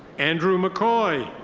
andrew mccoy.